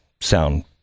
sound